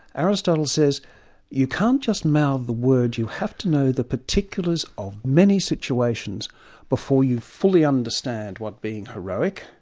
aristotle says you can't just mouth the words, you have to know the particulars of many situations before you fully understand what being heroic,